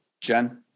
Jen